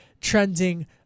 trending